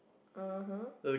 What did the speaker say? (uh huh)